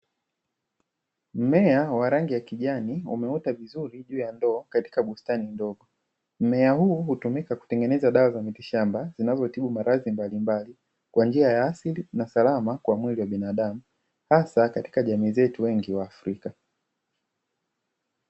Mmea wa rangi ya kijani umeota vizuri juu ya ndoo katika bustani ndogo. Mmea huu hutumika kutengeneza dawa za miti shamba zinazotibu maradhi mbalimbali kwa njia ya asili na salama kwa mwili wa binadamu, hasa katika jamii zetu wengi wa Afrika.